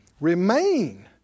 Remain